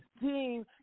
team